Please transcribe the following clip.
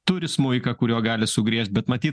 turi smuiką kuriuo gali sugriežt bet matyt